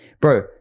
bro